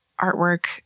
artwork